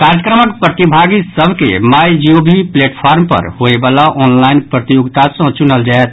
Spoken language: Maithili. कार्यक्रमक प्रतिभागी सभ के माई जीओवी प्लेटफॉर्म पर होयबला ऑनलाईन प्रतियोगिता सँ चुनल जाएत